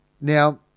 Now